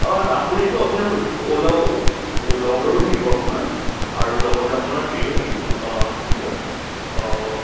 অঁ আপুনিতো আপোনাৰ অ'লা অ'লা উবেৰো থাকিব আপোনাৰ আৰু লগতে আপোনাৰ হেৰিও থাকিব কি বুলি কয়